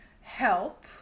help